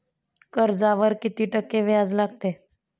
कर्जावर किती टक्के व्याज लागते?